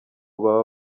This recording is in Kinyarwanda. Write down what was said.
baba